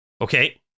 Okay